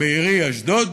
בעירי אשדוד.